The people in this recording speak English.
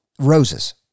roses